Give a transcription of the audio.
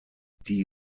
die